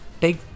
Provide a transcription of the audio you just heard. take